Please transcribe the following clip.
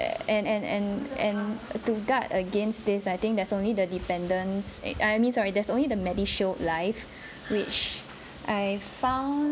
and and and and to guard against this I think there's only the dependence eh I mean sorry there's only the MediShield Life which I found